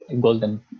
golden